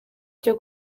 cyo